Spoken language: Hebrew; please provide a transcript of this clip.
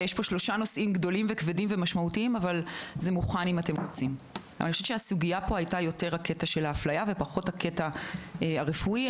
אני חושבת שהסוגיה היא ההפליה ופחות הקטע הרפואי.